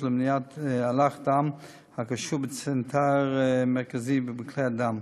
למניעת אלח דם הקשור לצנתר מרכזי בכלי הדם,